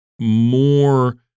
more